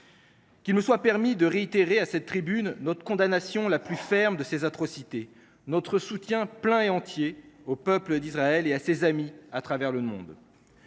Qu’il me soit permis de réitérer à cette tribune notre condamnation la plus ferme de ces atrocités, ainsi que notre soutien plein et entier au peuple d’Israël et à ses amis à travers le monde.